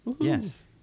Yes